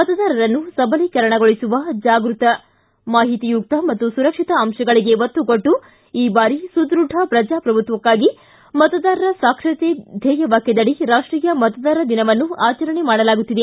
ಮತದಾರರನ್ನು ಸಬಲೀಕರಣಗೊಳಿಸುವ ಜಾಗೃತ ಮಾಹಿತಿಯುಕ್ತ ಮತ್ತು ಸುರಕ್ಷಿತ ಅಂಶಗಳಿಗೆ ಒತ್ತು ಕೊಟ್ಟು ಈ ಬಾರಿ ಸುದ್ಭಢ ಪ್ರಜಾಪ್ರಭುತ್ವಕ್ಕಾಗಿ ಮತದಾರರ ಸಾಕ್ಷರತೆ ಧ್ಯೇಯವಾಕ್ಯದಡಿ ರಾಷ್ಟೀಯ ಮತದಾರರ ದಿನವನ್ನು ಆಚರಣೆ ಮಾಡಲಾಗುತ್ತಿದೆ